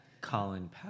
Colin